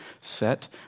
set